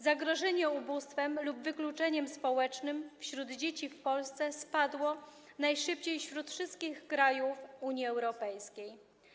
Zagrożenie ubóstwem lub wykluczeniem społecznym wśród dzieci w Polsce spadło najszybciej wśród wszystkich krajów Unii Europejskiej.